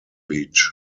beach